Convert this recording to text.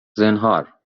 زنهار